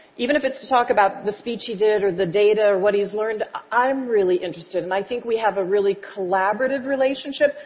even if it's to talk about the speech he did or the data or what he's learned, i'm really interested, and i think we have a really collaborative relationship.